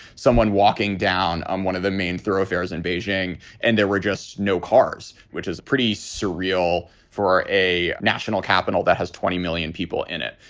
someone walking down on one of the main thoroughfares in beijing and there were just no cars, which is pretty surreal for a national capital that has twenty million people in it.